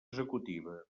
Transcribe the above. executiva